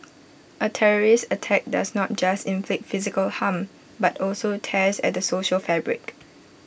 A terrorist attack does not just inflict physical harm but also tears at the social fabric